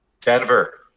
Denver